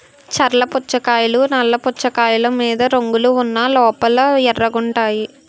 చర్ల పుచ్చకాయలు నల్ల పుచ్చకాయలు మీద రంగులు ఉన్న లోపల ఎర్రగుంటాయి